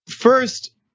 First